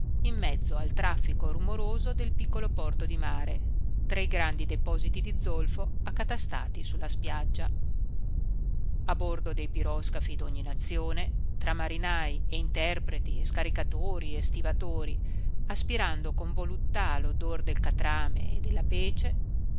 in mezzo al traffico rumoroso del piccolo porto di mare tra i grandi depositi di zolfo accatastati su la spiaggia a bordo dei piroscafi d'ogni nazione tra marinai e interpreti e scaricatori e stivatori aspirando con voluttà l'odor del catrame e della pece